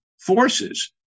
forces